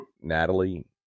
Natalie